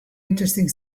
interesting